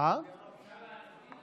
אפשר להצביע?